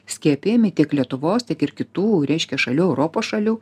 skiepijami tiek lietuvos tiek ir kitų reiškia šalių europos šalių